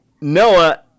Noah